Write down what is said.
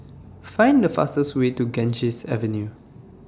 Find The fastest Way to Ganges Avenue